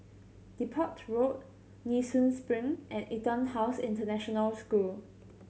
Depot Road Nee Soon Spring and EtonHouse International School